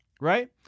right